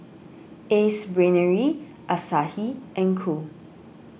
Ace Brainery Asahi and Cool